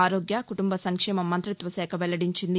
ఆరోగ్య కుటుంబ సంక్షేమ మంతిత్వ శాఖ వెల్లడించింది